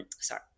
Sorry